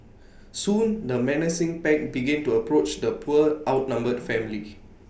soon the menacing pack began to approach the poor outnumbered family